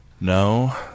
no